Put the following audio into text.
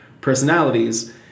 personalities